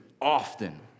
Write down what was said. often